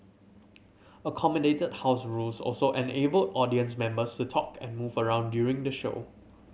accommodated house rules also enabled audience members to talk and move around during the show